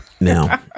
Now